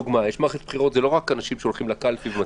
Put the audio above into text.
מערכת בחירות זה לא רק אנשים שהולכים לקלפי.